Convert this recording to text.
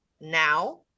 now